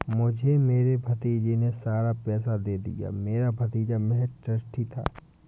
मुझे मेरे भतीजे ने सारा पैसा दे दिया, मेरा भतीजा महज़ ट्रस्टी था